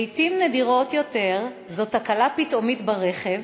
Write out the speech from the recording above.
לעתים נדירות יותר זו תקלה פתאומית ברכב,